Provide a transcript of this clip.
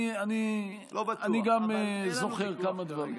אני גם זוכר כמה דברים.